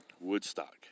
Woodstock